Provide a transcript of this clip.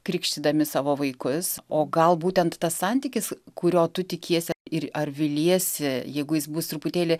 krikštydami savo vaikus o gal būtent tas santykis kurio tu tikiesi ir ar viliesi jeigu jis bus truputėlį